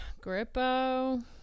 Grippo